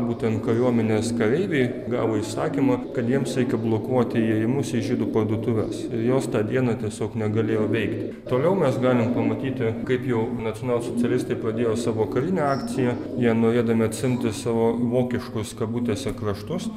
būtent kariuomenės kareiviai gavo įsakymą kad jiems reikia blokuoti įėjimus į žydų parduotuves ir jos tą dieną tiesiog negalėjo veikti toliau mes galim pamatyti kaip jau nacionalsocialistai pradėjo savo karinę akciją jie norėdami atsiimti savo vokiškus kabutėse kraštus